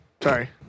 Sorry